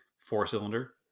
four-cylinder